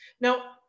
Now